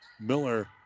Miller